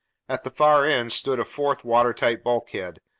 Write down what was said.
at the far end stood a fourth watertight bulkhead,